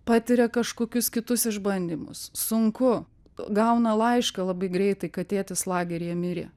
patiria kažkokius kitus išbandymus sunku gauna laišką labai greitai kad tėtis lageryje mirė